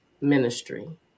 ministry